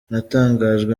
natangajwe